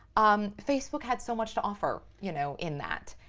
um facebook had so much to offer, you know, in that.